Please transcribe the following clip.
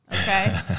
okay